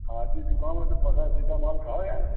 खाँसी ज़ुकाम हो तो परासिटामॉल खाओ यार